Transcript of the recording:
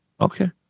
Okay